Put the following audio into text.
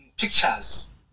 pictures